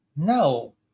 No